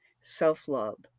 self-love